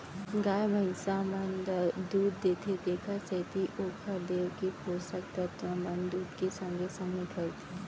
गाय भइंस मन दूद देथे तेकरे सेती ओकर देंव के पोसक तत्व मन दूद के संगे संग निकलथें